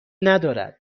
ندارد